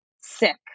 sick